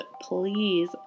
please